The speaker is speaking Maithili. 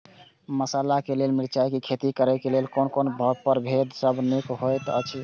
मसाला के लेल मिरचाई के खेती करे क लेल कोन परभेद सब निक होयत अछि?